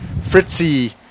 Fritzy